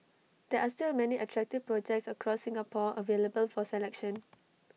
there are still many attractive projects across Singapore available for selection